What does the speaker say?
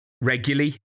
regularly